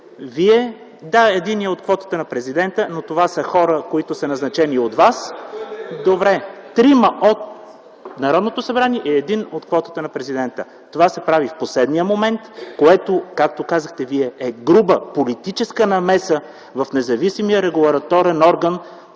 Да, единият е от квотата на президента, но това са хора, които са назначени от вас – трима от Народното събрание и един от квотата на президента. Това се прави в последния момент, което, както казахте Вие, е груба политическа намеса в независимия регулаторен орган